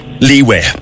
leeway